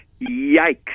Yikes